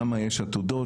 שם יש עתודות,